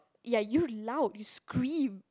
ya you loud you scream